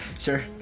sure